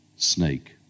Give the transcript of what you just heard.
Snake